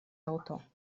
auto